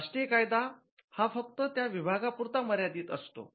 राष्ट्रीय कायदा हा फक्त त्या विभागापुरता मर्यादित असतो